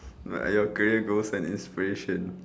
what are your career goals and inspirations